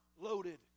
loaded